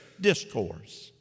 discourse